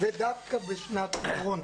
ודווקא בשנת בחירות.